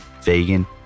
vegan